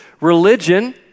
religion